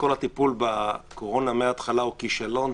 הטיפול בקורונה מן ההתחלה הוא כישלון.